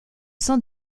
sein